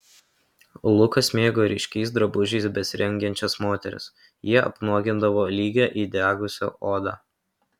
lukas mėgo ryškiais drabužiais besirengiančias moteris jie apnuogindavo lygią įdegusią odą